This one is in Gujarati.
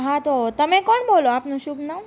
હા તો તમે કોણ બોલો આપનું શુભ નામ